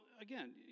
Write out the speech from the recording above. again